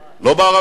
לא בערבים,